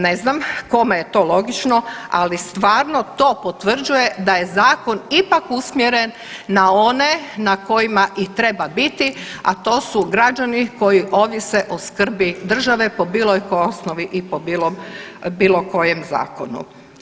Ne znam kome je to logično, ali stvarno to potvrđuje da je zakon ipak usmjeren na one na kojima i treba biti, a to su građani koji ovise o skrbi države po bilo kojoj osnovi i po bilo kojem zakonu.